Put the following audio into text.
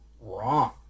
wrong